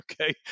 okay